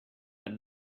and